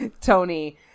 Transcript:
Tony